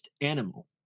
animal